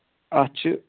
اَتھ چھِ